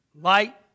Light